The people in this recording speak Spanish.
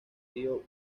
río